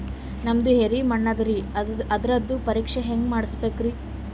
ನಮ್ದು ಎರಿ ಮಣ್ಣದರಿ, ಅದರದು ಪರೀಕ್ಷಾ ಹ್ಯಾಂಗ್ ಮಾಡಿಸ್ಬೇಕ್ರಿ?